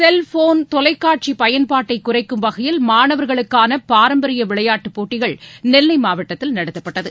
cellphone தொலைக்காட்சி பயன்பாட்டை குறைக்கும் வகையில் மாணவர்களுக்கான பாரம்பரிய விளையாட்டுப் போட்டிகள் நெல்லை மாவட்டத்தில் நடத்தப்பட்டது